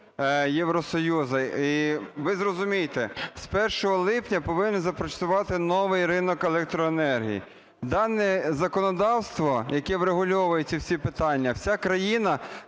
Євросоюзу… І ви зрозумійте, з 1 липня повинен запрацювати новий ринок електроенергії. Дане законодавство, яке врегульовує ці всі питання, вся країна